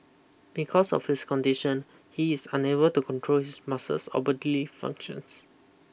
because of his condition he is unable to control his muscles or body functions